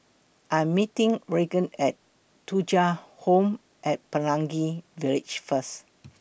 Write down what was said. I Am meeting Reagan At Thuja Home At Pelangi Village First